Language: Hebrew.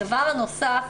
הדבר הנוסף,